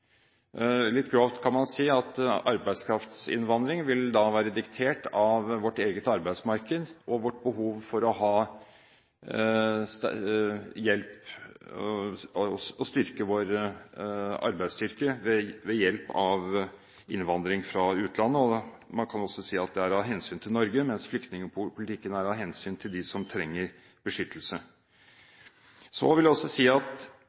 Litt grovt kan man si at arbeidskraftinnvandring vil være diktert av vårt eget arbeidsmarked og vårt behov for å øke vår arbeidsstyrke ved hjelp av innvandring fra utlandet, og man kan si at det er av hensyn til Norge, mens flyktningpolitikken er av hensyn til dem som trenger beskyttelse. Så vil jeg si at